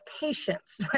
patience